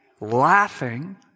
laughing